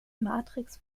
matrix